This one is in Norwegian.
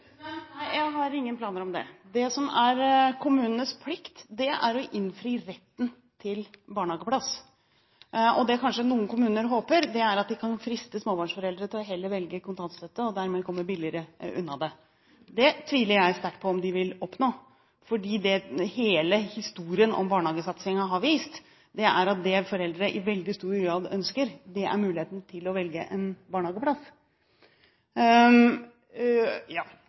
Nei, jeg har ingen planer om det. Det som er kommunenes plikt, er å innfri retten til barnehageplass. Det kanskje noen kommuner håper, er at de kan friste småbarnsforeldre til heller å velge kontantstøtte og dermed komme billigere unna det. Det tviler jeg sterkt på om de vil oppnå, for hele historien om barnehagesatsingen har vist at det foreldre i veldig stor grad ønsker, er muligheten til å velge en barnehageplass.